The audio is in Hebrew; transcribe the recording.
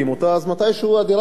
אז מתישהו הדירה שלנו,